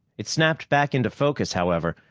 it snapped back into focus, however,